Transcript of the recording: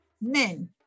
men